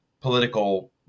political